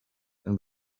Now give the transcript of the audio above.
and